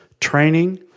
training